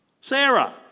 Sarah